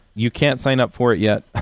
you can't sign up for it yet.